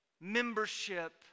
membership